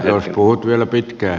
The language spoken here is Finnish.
jos puhut vielä pitkään